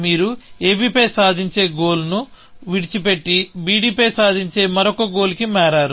మీరు ab పై సాధించే గోల్ని విడిచిపెట్టి bd పై సాధించే మరొక గోల్ కి మారారు